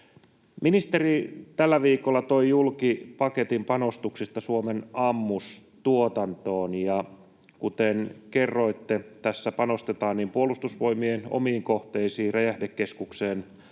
Ministeri tällä viikolla toi julki paketin panostuksista Suomen ammustuotantoon. Kuten kerroitte, tässä panostetaan niin Puolustusvoimien omiin kohteisiin — Räjähdekeskukseen,